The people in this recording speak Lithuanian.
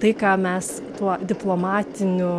tai ką mes tuo diplomatiniu